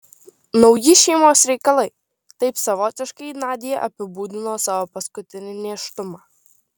nauji šeimos reikalai taip savotiškai nadia apibūdino savo paskutinį nėštumą